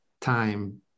time